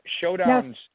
showdown's